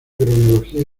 cronología